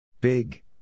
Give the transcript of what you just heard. Big